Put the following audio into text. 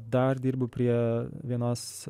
dar dirbu prie vienos